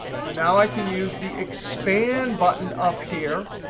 so now i can use the expand button up here.